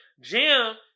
Jim